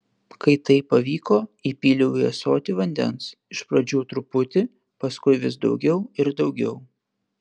kai tai pavyko įpyliau į ąsotį vandens iš pradžių truputį paskui vis daugiau ir daugiau